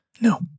no